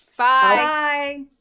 Bye